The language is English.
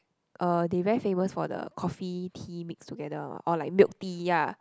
uh they very famous for the coffee tea mix together one what or like milk tea ya